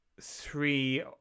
three